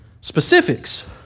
Specifics